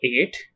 eight